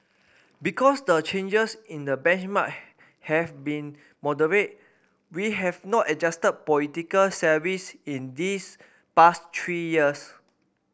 because the changes in the benchmark have been moderate we have not adjusted political salaries in these past three years